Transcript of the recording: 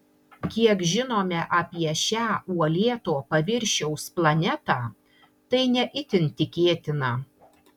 kiek žinome apie šią uolėto paviršiaus planetą tai ne itin tikėtina